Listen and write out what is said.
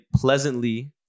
pleasantly